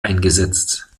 eingesetzt